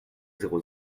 zéro